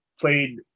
played